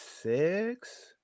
six